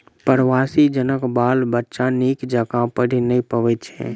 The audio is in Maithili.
प्रवासी जनक बाल बच्चा नीक जकाँ पढ़ि नै पबैत छै